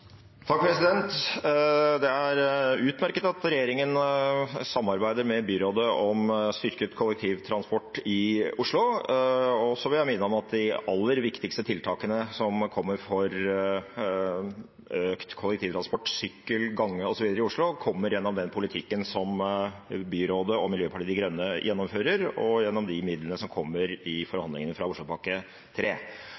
Det er utmerket at regjeringen samarbeider med byrådet om styrket kollektivtransport i Oslo. Så vil jeg minne om at de aller viktigste tiltakene som kommer for økt kollektivtransport, sykkel, gange osv. i Oslo, kommer gjennom den politikken som byrådet og Miljøpartiet De Grønne gjennomfører, og gjennom de midlene som kommer